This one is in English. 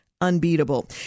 unbeatable